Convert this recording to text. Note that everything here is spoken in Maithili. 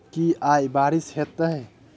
की आय बारिश हेतै?